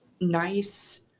nice